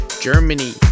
Germany